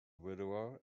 widower